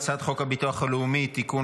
הצעת חוק הביטוח הלאומי (תיקון,